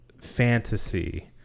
fantasy